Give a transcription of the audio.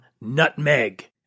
nutmeg